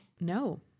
No